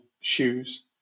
shoes